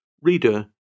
Reader